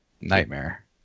Nightmare